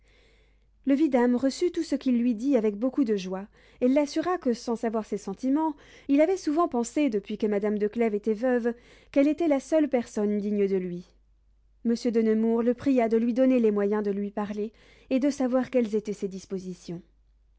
le vidame reçut tout ce qu'il lui dit avec beaucoup de joie et l'assura que sans savoir ses sentiments il avait souvent pensé depuis que madame de clèves était veuve qu'elle était la seule personne digne de lui monsieur de nemours le pria de lui donner les moyens de lui parler et de savoir quelles étaient ses dispositions